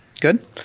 good